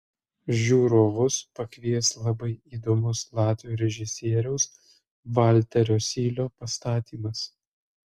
žiūrovus pakvies labai įdomus latvių režisieriaus valterio sylio pastatymas